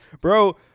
Bro